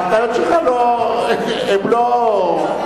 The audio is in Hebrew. ההתניות שלך הן לא,